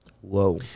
Whoa